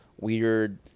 weird